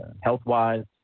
health-wise